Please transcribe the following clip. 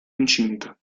incinta